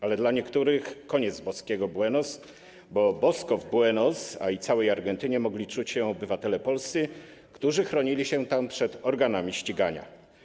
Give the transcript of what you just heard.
Ale dla niektórych koniec boskiego Buenos, bo bosko w Buenos, a i w całej Argentynie, mogli czuć się obywatele polscy, którzy chronili się tam przed organami ścigania.